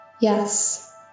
yes